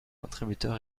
contributeur